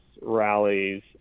rallies